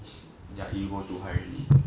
ya ego too high already